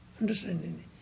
Understanding